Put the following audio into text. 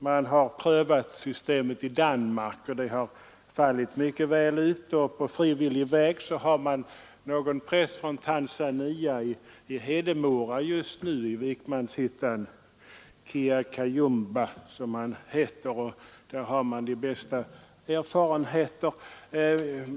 Man har prövat systemet i Danmark, och det har fallit mycket väl ut. På frivillig väg har man i Hedemora pastorat åstadkommit att en präst ifrån Tanzania — Kiakajumba är hans namn — just nu får verka i Vikmanshyttans församling, och där har man de bästa erfarenheter.